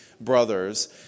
brothers